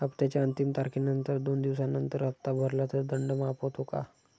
हप्त्याच्या अंतिम तारखेनंतर दोन दिवसानंतर हप्ता भरला तर दंड माफ होतो का?